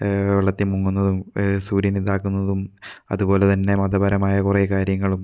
വെള്ളത്തിൽ മുങ്ങുന്നതും സൂര്യനെ ഇതാക്കുന്നതും അതുപോലെ തന്നെ മതപരമായ കുറെ കാര്യങ്ങളും